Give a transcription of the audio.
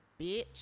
bitch